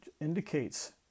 indicates